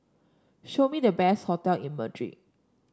show me the best hotel in Madrid